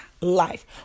life